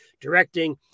directing